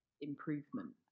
improvement